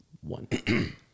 one